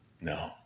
No